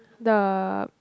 the